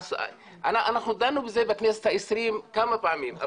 ואנחנו דנו בזה בכנסת ה-20 כמה פעמים,